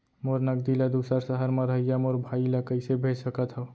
मोर नगदी ला दूसर सहर म रहइया मोर भाई ला कइसे भेज सकत हव?